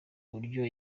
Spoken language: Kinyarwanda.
uburyo